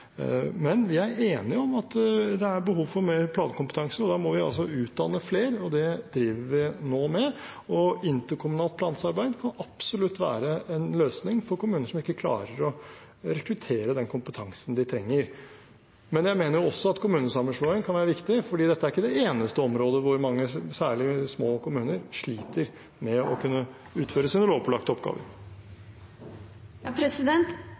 Vi er enige om at det er behov for mer plankompetanse, og da må vi utdanne flere. Det driver vi nå med. Interkommunalt planarbeid kan absolutt være en løsning for kommuner som ikke klarer å rekruttere den kompetansen de trenger. Men jeg mener også at kommunesammenslåing kan være viktig, for dette er ikke det eneste området hvor mange, særlig små kommuner, sliter med å kunne løse sine lovpålagte oppgaver.